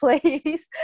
please